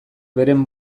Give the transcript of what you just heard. beren